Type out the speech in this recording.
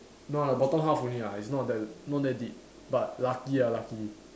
no lah the bottom half only lah it's not that not that deep but lucky ya lucky